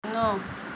ন